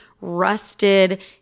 rusted